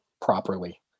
properly